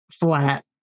flat